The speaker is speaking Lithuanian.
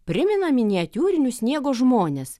primena miniatiūrinius sniego žmones